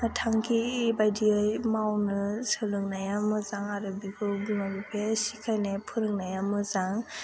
थांखि बायदियै मावनो सोलोंनाया मोजां आरो बेखौ बिमा बिफाया सिखायनाय फोरोंनाया मोजां